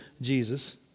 Jesus